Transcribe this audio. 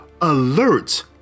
alert